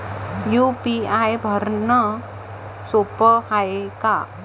UPI भरनं सोप हाय का?